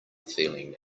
feeling